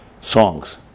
songs